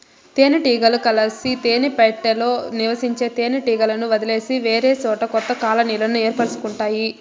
తేనె టీగలు కలిసి తేనె పెట్టలో నివసించే తేనె టీగలను వదిలేసి వేరేసోట కొత్త కాలనీలను ఏర్పరుచుకుంటాయి